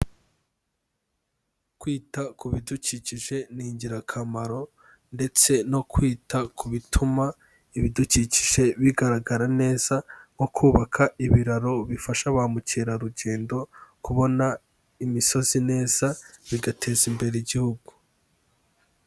Kwita ku bidukikije ni ingirakamaro ndetse no kwita ku bituma ibidukikije bigaragara neza nko kubaka ibiraro bifasha ba mukerarugendo kubona imisozi neza, bigateza imbere Igihugu.